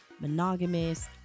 monogamous